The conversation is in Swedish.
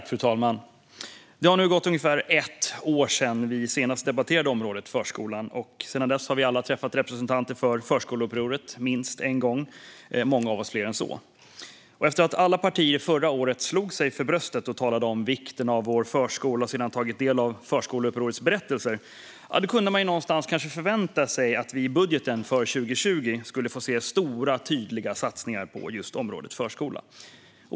Fru talman! Det har nu gått ungefär ett år sedan vi senast debatterade området förskolan. Sedan dess har vi alla träffat representanter för förskoleupproret minst en gång, och många av oss fler gånger än så. Efter att förra året ha hört alla partier slå sig för bröstet och tala om vikten av vår förskola och sedan ha tagit del av förskoleupprorets berättelser kunde man någonstans kanske förvänta sig att vi i budgeten för 2020 skulle få se stora tydliga satsningar på just området förskola.